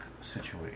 situation